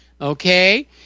Okay